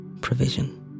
provision